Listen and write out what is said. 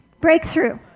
Breakthrough